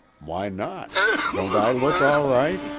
why not don't i look all right?